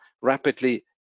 rapidly